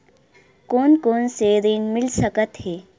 कोन कोन से ऋण मिल सकत हे?